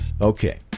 Okay